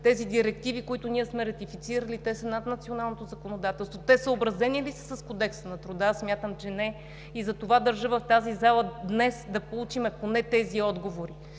тези директиви, които ние сме ратифицирали, са над националното законодателство. Те съобразени ли са с Кодекса на труда? Смятам, че не и затова държа в залата днес да получим поне тези отговори.